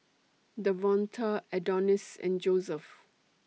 Davonta Adonis and Josef